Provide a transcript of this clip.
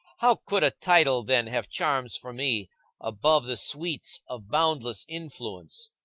how could a title then have charms for me above the sweets of boundless influence?